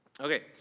Okay